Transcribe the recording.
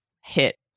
hit